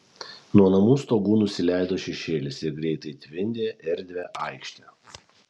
nuo namų stogų nusileido šešėlis ir greitai tvindė erdvią aikštę